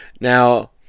Now